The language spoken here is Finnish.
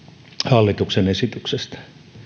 hallituksen esityksestä